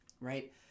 right